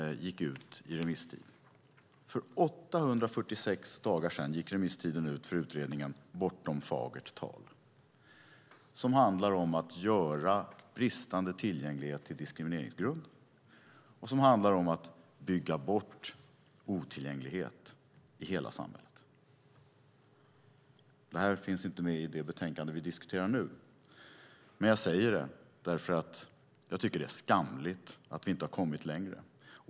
För 846 dagar sedan gick remisstiden ut för utredningen Bortom fagert tal som handlar om att göra bristande tillgänglighet till diskrimineringsgrund och att bygga bort otillgänglighet i hela samhället. Detta finns inte med i det betänkande vi nu diskuterar, men jag säger detta för att det är skamligt att vi inte har kommit längre.